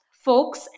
folks